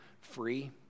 free